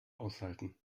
aushalten